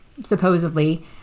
supposedly